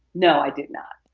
no, i did not